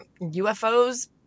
UFOs